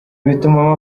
bituma